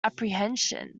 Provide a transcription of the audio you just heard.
apprehension